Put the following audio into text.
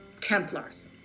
Templars